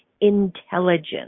intelligence